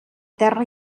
terra